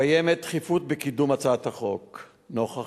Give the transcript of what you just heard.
קיימת דחיפות בקידום הצעת החוק נוכח